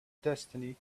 destiny